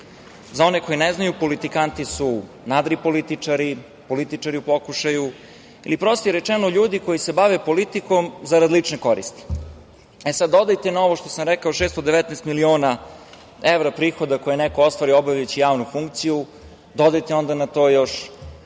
one koji ne znaju, politikanti su nadripolitičari, političari u pokušaju ili, prostije rečeno, ljudi koji se bave politikom zarad lične koristi. E, sada, dodajte na ovo što rekao 619 miliona evra prihoda koje neko ostvari obavljajući javnu funkciju, dodajte onda na to još